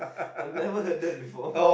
I have never heard that before